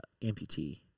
amputee